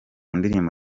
ndirimbo